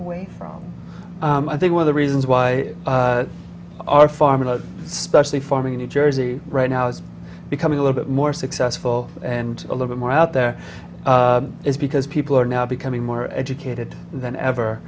away from i think one of the reasons why our farm in a specially farming in new jersey right now is becoming a little bit more successful and a little more out there is because people are now becoming more educated than ever